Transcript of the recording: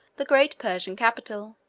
the great persian capital.